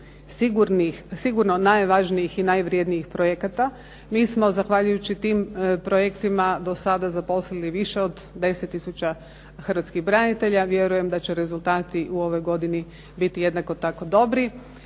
sigurno najvažnijih i najvrednijih projekata. Mi smo zahvaljujući tim projektima do sada zaposlili više od 10000 hrvatskih branitelja. Vjerujem da će rezultati u ovoj godini biti jednako tako dobri.